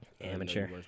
Amateur